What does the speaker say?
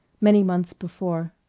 many months before.